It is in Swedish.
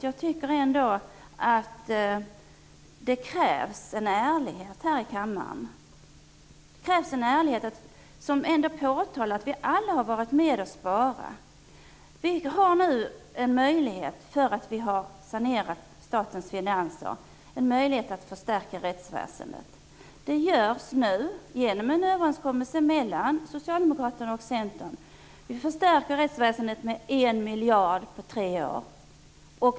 Jag tycker ändå att det krävs en ärlighet här i kammaren. Vi har ju alla varit med och sparat. Vi har nu en möjlighet, därför att vi har sanerat statens finanser, att förstärka rättsväsendet. Det görs genom en överenskommelse mellan Socialdemokraterna och Centern. Vi förstärker rättsväsendet med 1 miljard kronor på tre år.